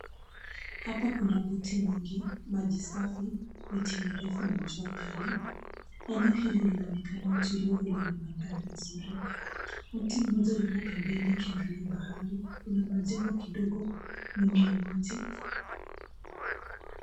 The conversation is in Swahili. Hapa kuna boti nyingi, maji safi, miti mirefu na jua kali. Eneo hili linaonekana utulivu lenye mandhari nzuri. Mtu mmoja yupo pembeni akiangalia bahari. Kuna majengo kidogo nyuma ya mti.